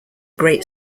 great